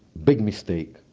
big mistake.